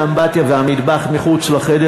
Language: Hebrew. האמבטיה והמטבח מחוץ לחדר,